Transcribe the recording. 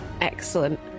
excellent